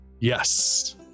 Yes